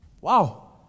Wow